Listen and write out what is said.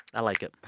i like it.